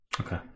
Okay